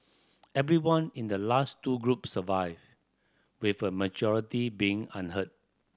everyone in the last two groups survived with a majority being unhurt